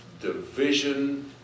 division